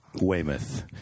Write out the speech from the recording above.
Weymouth